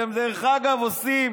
דרך אגב, אתם עושים